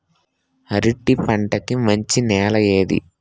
అరటి పంట కి మంచి నెల ఏది?